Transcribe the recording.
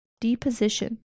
Deposition